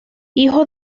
hijo